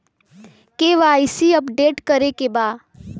KYC update करे के बा?